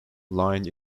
lined